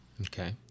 Okay